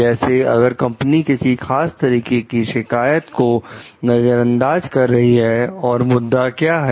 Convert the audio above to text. जैसे अगर कंपनी किसी खास तरीके की शिकायत को नजरअंदाज कर रही है और मुद्दा क्या है